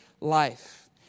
life